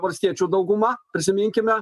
valstiečių dauguma prisiminkime